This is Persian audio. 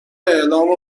اعلام